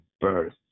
birth